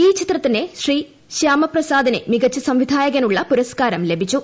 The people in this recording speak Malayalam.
ഈ ചിത്രത്തിന് ശ്രീ ശ്യാമപ്രസാദിന് മികച്ച സംവിധായകനുള്ള പുരസ്കാരം ലഭിച്ചു